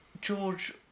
George